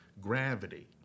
gravity